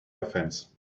offense